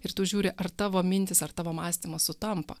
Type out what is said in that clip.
ir tu žiūri ar tavo mintys ar tavo mąstymas sutampa